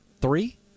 three